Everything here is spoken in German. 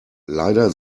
leider